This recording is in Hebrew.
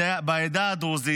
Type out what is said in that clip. בעדה הדרוזית,